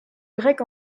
grec